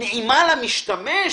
נעימה למשתמש